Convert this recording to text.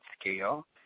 scale